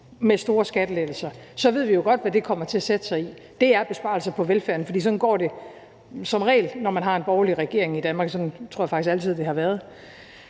af store skattelettelser, ved vi jo godt, hvad det kommer til at sætte sig i. Det er besparelser på velfærden, for sådan går det som regel, når man har en borgerlig regering i Danmark; sådan tror jeg faktisk altid det har været.